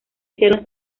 hicieron